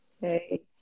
hey